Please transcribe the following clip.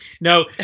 No